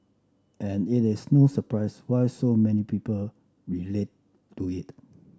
and it is no surprise why so many people relate to it